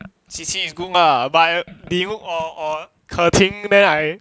qiqi is good lah but 你如果我 ke qing then I